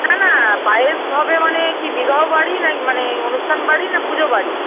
না না পায়েস হবে মানে কি বিবাহ বাড়ি না মানে অনুষ্ঠান বাড়ি না পুজো বাড়ি